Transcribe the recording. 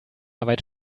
arbeit